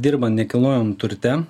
dirban nekilnojam turte